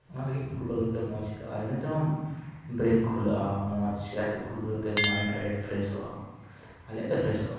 ᱚᱱᱟ ᱞᱟᱹᱜᱤᱫ ᱯᱷᱩᱴᱵᱚᱞ ᱜᱟᱛᱮᱜ ᱫᱚ ᱢᱚᱸᱡᱽ ᱟᱹᱭᱠᱟᱹᱜᱼᱟ ᱤᱱᱟᱹ ᱛᱮᱦᱚᱸ ᱵᱨᱮᱱ ᱠᱷᱩᱞᱟᱹᱜᱼᱟ ᱢᱚᱸᱡᱽ ᱥᱮᱫᱟᱭ ᱠᱷᱚᱡ ᱯᱷᱩᱴᱵᱚᱞ ᱜᱟᱛᱮᱜ ᱟᱹᱰᱤ ᱢᱚᱸᱡᱽ ᱢᱟᱭᱤᱱ ᱟᱰᱤ ᱟᱸᱴ ᱯᱷᱨᱮᱥᱚᱜᱼᱟ ᱟᱞᱮᱭᱟᱜ ᱫᱚ ᱯᱷᱨᱮᱥᱚᱜᱼᱟ